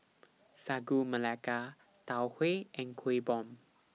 Sagu Melaka Tau Huay and Kueh Bom